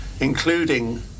including